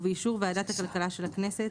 ובאישור ועדת הכלכלה של הכנסת,